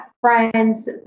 friends